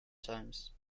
times